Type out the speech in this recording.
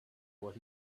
what